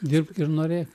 dirbk ir norėk